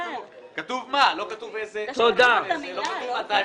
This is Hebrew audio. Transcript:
כתוב מה, אבל לא כתוב מתי ואיפה.